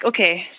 Okay